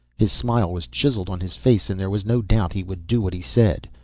his smile was chiseled on his face and there was no doubt he would do what he said.